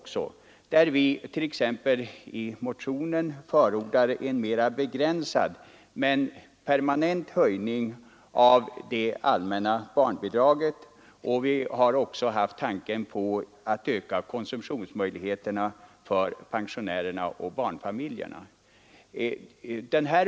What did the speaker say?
Vi förordar t.ex. en mer begränsad men permanent höjning av det allmänna barnbidraget och vi har även fört fram tanken på att öka konsumtionsmöjligheterna för pensionärerna och barnfamiljerna.